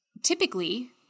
Typically